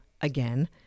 again